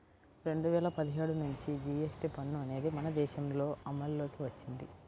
రెండు వేల పదిహేడు నుంచి జీఎస్టీ పన్ను అనేది మన దేశంలో అమల్లోకి వచ్చింది